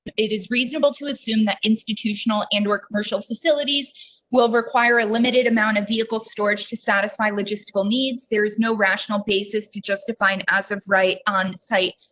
it is reasonable to assume that institutional and or commercial facilities will require a limited amount of vehicle storage to satisfy logistical needs. there is no rational basis to justify, and as of right. on site,